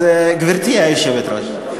אז גברתי היושבת-ראש,